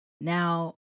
Now